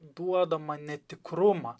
duodamą netikrumą